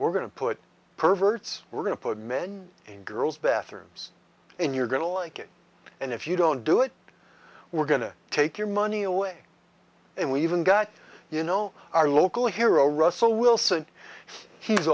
we're going to put perverts we're going to put men and girls bathrooms and you're going to like it and if you don't do it we're going to take your money away and we even got you know our local hero russell wilson he's